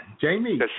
Jamie